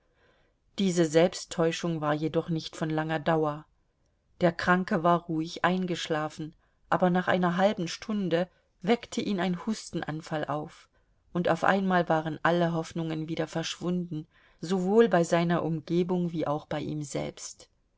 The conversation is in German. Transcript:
diese selbsttäuschung war jedoch nicht von langer dauer der kranke war ruhig eingeschlafen aber nach einer halben stunde weckte ihn ein hustenanfall auf und auf einmal waren alle hoffnungen wieder verschwunden sowohl bei seiner umgebung wie auch bei ihm selbst